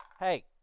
Hey